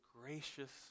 gracious